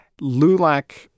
LULAC